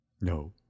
No